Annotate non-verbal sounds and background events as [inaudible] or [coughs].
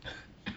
[coughs]